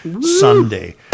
Sunday